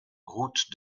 route